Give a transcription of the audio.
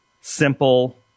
simple